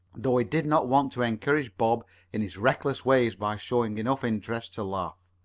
though he did not want to encourage bob in his reckless ways by showing enough interest to laugh.